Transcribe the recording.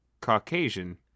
Caucasian